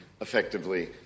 effectively